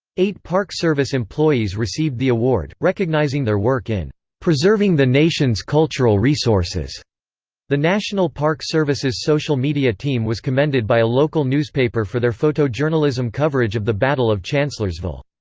eight park service employees received the award, recognizing their work in preserving the nation's cultural resources the national park service's social media team was commended by a local newspaper for their photojournalism coverage of the battle of chancellorsville.